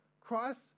Christ